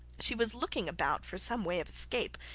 she was looking about for some way of escape,